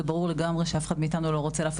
זה ברור לגמרי שאף אחד מאתנו לא רוצה להפר